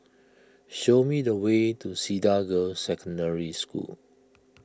show me the way to Cedar Girls' Secondary School